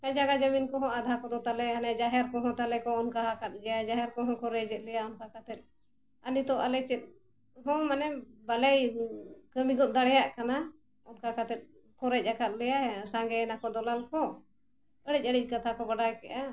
ᱡᱟᱭᱜᱟ ᱡᱚᱢᱤᱱ ᱠᱚᱦᱚᱸ ᱟᱫᱷᱟ ᱠᱚᱫᱚ ᱛᱟᱞᱮ ᱦᱟᱱᱮ ᱡᱟᱦᱮᱨ ᱠᱚᱦᱚᱸ ᱛᱟᱞᱮ ᱠᱚ ᱚᱱᱠᱟ ᱟᱠᱟᱫ ᱜᱮᱭᱟ ᱡᱟᱦᱮᱨ ᱠᱚᱦᱚᱸ ᱨᱮᱡ ᱮᱫ ᱞᱮᱭᱟ ᱚᱱᱠᱟ ᱠᱟᱛᱮᱫ ᱟᱨ ᱱᱤᱛᱚᱜ ᱟᱞᱮ ᱪᱮᱫ ᱦᱚᱸ ᱢᱟᱱᱮ ᱵᱟᱞᱮ ᱠᱟᱹᱢᱤ ᱜᱚᱫ ᱫᱟᱲᱮᱭᱟᱜ ᱠᱟᱱᱟ ᱚᱱᱠᱟ ᱠᱟᱛᱮᱫ ᱠᱚ ᱨᱮᱡ ᱟᱠᱟᱫ ᱞᱮᱭᱟ ᱥᱟᱸᱜᱮ ᱮᱱᱟᱠᱚ ᱫᱟᱞᱟᱞ ᱠᱚ ᱟᱹᱲᱤᱡ ᱟᱲᱤᱡ ᱠᱟᱛᱷᱟ ᱠᱚ ᱵᱟᱰᱟᱭ ᱠᱮᱜᱼᱟ